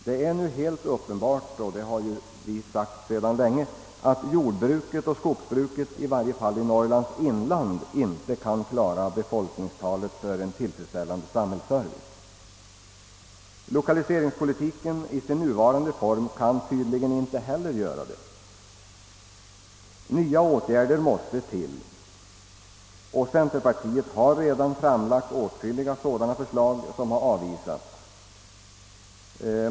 Det är nu helt uppenbart — och det har vi påtalat sedan länge från centerpartiet — att jordbruket och skogsbruket i varje fall i Norrlands inland inte kan klara befolkningstalet för en tillfredsställande samhällsservice. Lokaliseringspolitiken i sin nuvarande form kan tydligen inte heller göra det. Nya åtgärder måste därför till. Centerpartiet har redan framlagt åtskilliga sådana förslag, som emellertid har avvisats.